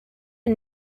are